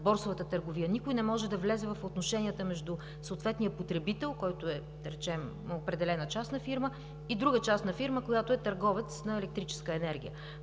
борсовата търговия. Никой не може да влезе в отношенията между съответния потребител, който е, да речем, определена частна фирма, и друга частна фирма, която е търговец на електрическа енергия.